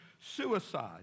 suicide